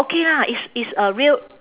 okay lah it's it's a real